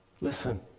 Listen